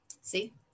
see